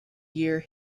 year